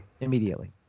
immediately